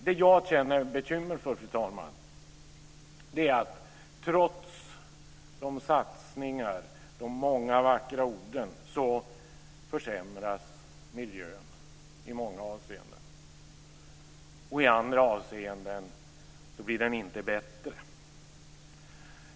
Det jag känner bekymmer för, fru talman, är att trots satsningarna och de många vackra orden försämras miljön i många avseenden, och i andra avseenden blir den inte bättre.